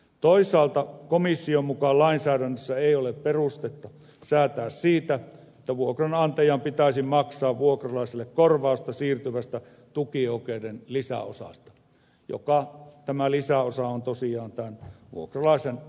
toisaalta komission mukaan lainsäädännössä ei ole perustetta säätää siitä että vuokranantajan pitäisi maksaa vuokralaiselle korvausta siirtyvästä tukioikeuden lisäosasta joka on tosiaan tämän vuokralaisen hankkimaa